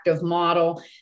model